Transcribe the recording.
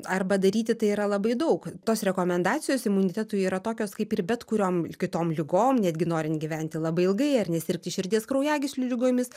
arba daryti tai yra labai daug tos rekomendacijos imunitetui yra tokios kaip ir bet kuriom kitom ligom netgi norint gyventi labai ilgai ar nesirgti širdies kraujagyslių ligomis